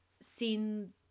seen